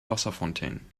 wasserfontänen